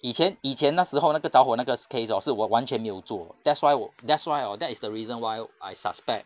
以前以前那时候那个着火那个 case hor 是我完全没有做 that's why 我 that's why hor that is the reason why I suspect